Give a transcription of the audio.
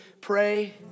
pray